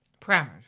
Parameters